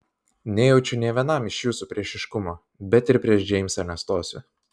nejaučiu nė vienam iš jūsų priešiškumo bet ir prieš džeimsą nestosiu